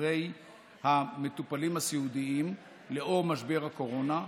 מן המטופלים הסיעודיים נוכח משבר הקורונה,